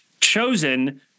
chosen